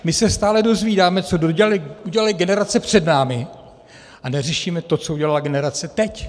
My se stále dozvídáme, co udělaly generace před námi, a neřešíme to, co udělala generace teď.